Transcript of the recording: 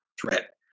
threat